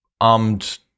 armed